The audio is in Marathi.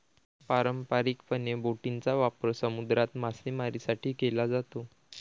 पारंपारिकपणे, बोटींचा वापर समुद्रात मासेमारीसाठी केला जातो